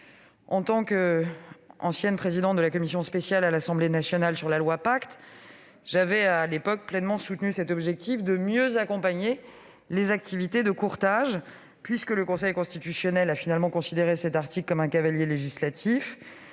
du Sénat. Comme présidente de la commission spéciale à l'Assemblée nationale sur la loi Pacte, j'avais à l'époque pleinement soutenu l'objectif de mieux accompagner les activités de courtage. Puis, le Conseil constitutionnel a finalement considéré l'article concerné comme un cavalier législatif.